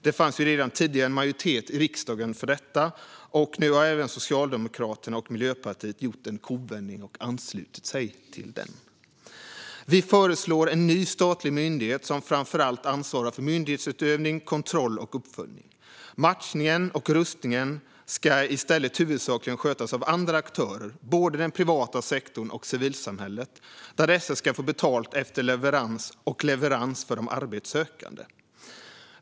Det fanns redan tidigare en majoritet i riksdagen för denna linje, och nu har även Socialdemokraterna och Miljöpartiet gjort en kovändning och anslutit sig till den. Vi föreslår en ny statlig myndighet som framför allt ansvarar för myndighetsutövning, kontroll och uppföljning. Matchningen och rustningen ska i stället huvudsakligen skötas av andra aktörer inom både den privata sektorn och civilsamhället. Dessa ska få betalt efter leverans, och det betyder leverans för de arbetssökande.